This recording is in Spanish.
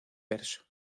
verso